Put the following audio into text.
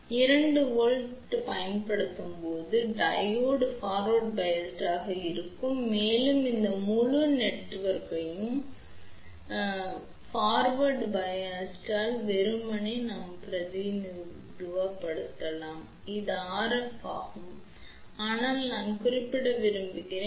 எனவே இங்கு 2 வோல்ட் பயன்படுத்தப்படும்போது டையோடு முன்னோக்கி சார்புடையதாக இருக்கும் மேலும் இந்த முழு நெட்வொர்க்கையும் முன்னோக்கி எதிர்ப்பால் வெறுமனே பிரதிநிதித்துவப்படுத்தலாம் இது RF ஆகும் ஆனால் நான் குறிப்பிட விரும்புகிறேன்